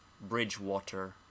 Bridgewater